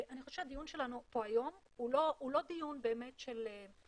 אני חושבת שהדיון שלנו פה היום הוא לא דיון באמת של טכנולוגיות,